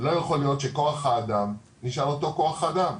לא יכול להיות שכוח האדם נשאר אותו כוח אדם,